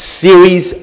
series